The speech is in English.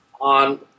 on